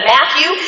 Matthew